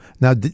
now